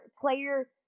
player